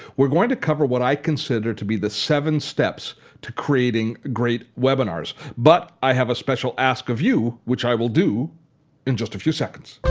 we're going to cover what i consider to the seven steps to creating great webinars but i have a special ask of you, which i will do in just a few seconds.